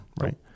right